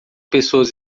pessoas